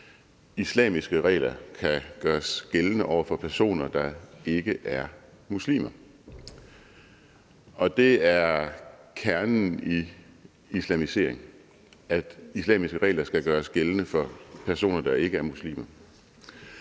islamiske regler kan gøres gældende over for personer, der ikke er muslimer. Det er kernen i islamisering, altså at islamiske regler skal gøres gældende for personer, der ikke er muslimer.